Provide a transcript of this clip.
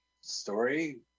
story